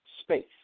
space